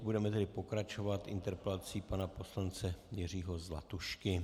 Budeme tedy pokračovat interpelací pana poslance Jiřího Zlatušky.